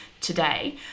today